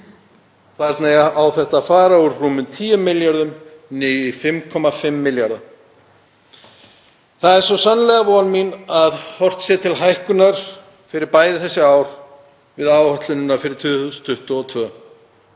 Þetta á að fara úr rúmum 10 milljörðum niður í 5,5 milljarða. Það er svo sannarlega von mín að horft sé til hækkunar fyrir bæði þessi ár við áætlunina fyrir 2022.